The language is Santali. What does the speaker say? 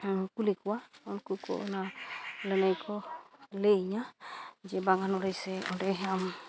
ᱠᱩᱞᱤ ᱠᱚᱣᱟ ᱩᱱᱠᱩ ᱠᱚ ᱚᱱᱟ ᱞᱟᱹᱱᱟᱹᱭ ᱠᱚ ᱞᱟᱹᱭᱤᱧᱟᱹ ᱡᱮ ᱵᱟᱝᱟ ᱱᱚᱸᱰᱮ ᱥᱮ ᱚᱸᱰᱮ ᱟᱢ